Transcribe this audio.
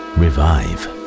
revive